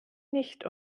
nicht